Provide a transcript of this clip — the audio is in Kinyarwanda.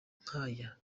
nk’aya